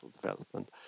development